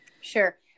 Sure